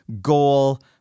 goal